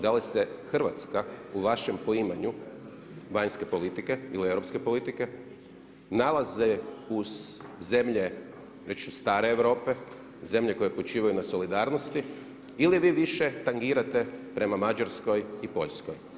Da li se Hrvatska u vašem poimanju vanjske politike ili europske politike nalazi uz zemlje već stare Europe, zemlje koje počivaju na solidarnosti ili vi više tangirate prema Mađarskoj i Poljskoj?